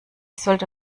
sollte